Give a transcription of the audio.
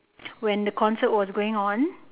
when the concert was going on